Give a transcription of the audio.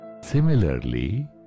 Similarly